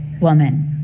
woman